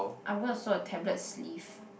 I'm gonna sew a tablet sleeve